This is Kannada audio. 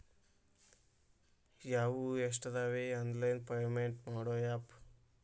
ಯವ್ವಾ ಎಷ್ಟಾದವೇ ಆನ್ಲೈನ್ ಪೇಮೆಂಟ್ ಮಾಡೋ ಆಪ್